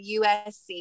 USC